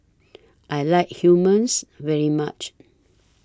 I like Hummus very much